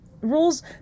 rules